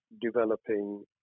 developing